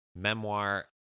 memoir